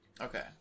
Okay